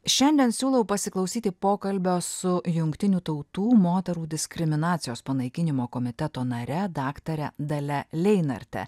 šiandien siūlau pasiklausyti pokalbio su jungtinių tautų moterų diskriminacijos panaikinimo komiteto nare daktare dalia leinarte